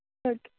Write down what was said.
okay